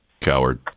Coward